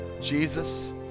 Jesus